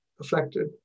affected